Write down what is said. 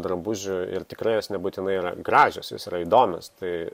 drabužių ir tikrai jos nebūtinai yra gražios jos yra įdomios tai